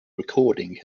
recording